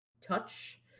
touch